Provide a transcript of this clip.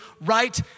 right